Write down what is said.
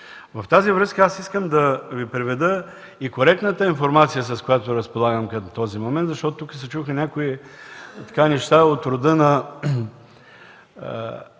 с това аз искам да Ви приведа и коректната информация, с която разполагам към този момент, защото тук се чуха някои неща от рода на